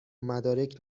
مدرک